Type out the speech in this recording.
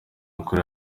ukuri